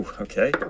okay